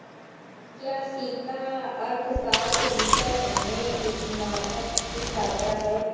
क्या सीता अर्थशास्त्र विषय में स्नातक की छात्रा है?